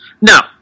No